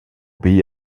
pays